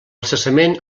cessament